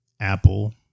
Apple